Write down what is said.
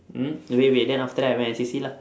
mm you wait wait then after that I went N_C_C lah